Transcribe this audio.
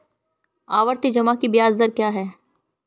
आवर्ती जमा की ब्याज दर क्या है?